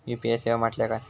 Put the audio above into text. UPI सेवा म्हटल्या काय?